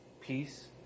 peace